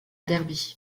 derby